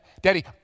Daddy